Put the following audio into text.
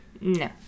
No